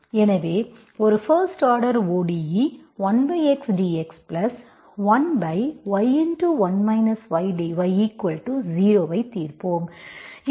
எனவே ஒரு first order OdE 1xdx1y1 ydy0 ஐ தீர்ப்போம்